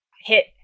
hit